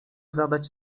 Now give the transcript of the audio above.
zadać